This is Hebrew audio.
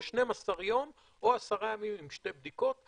12 יום או עשרה ימים עם שתי בדיקות.